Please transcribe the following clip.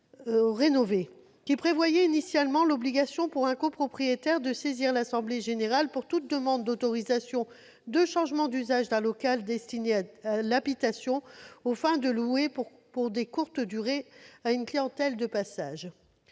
qui prévoyait initialement l'obligation pour un copropriétaire de saisir l'assemblée générale pour toute demande d'autorisation de changement d'usage d'un local destiné à l'habitation, aux fins de location pour des courtes durées à une clientèle de passage.